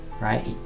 Right